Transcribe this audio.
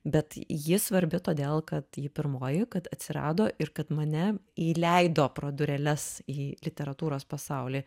bet ji svarbi todėl kad ji pirmoji kad atsirado ir kad mane įleido pro dureles į literatūros pasaulį